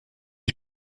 ich